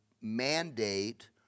mandate